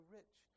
rich